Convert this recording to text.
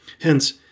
Hence